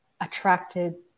attracted